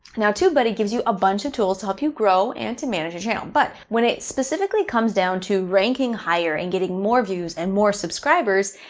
now tube buddy gives you a bunch of tools to help you grow and to manage your channel. but when it specifically comes down to ranking higher and getting more views and more subscribers,